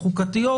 החוקתיות,